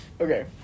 okay